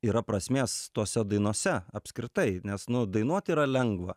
yra prasmės tose dainose apskritai nes nu dainuot yra lengva